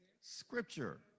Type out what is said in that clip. scripture